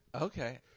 Okay